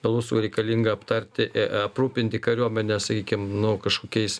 belousovui reikalinga aptarti aprūpinti kariuomenę sakykim nu kažkokiais